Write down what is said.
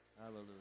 Hallelujah